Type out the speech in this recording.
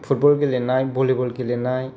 football गेलेनाय volleyball गेलेनाय